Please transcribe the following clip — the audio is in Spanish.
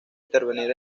intervenir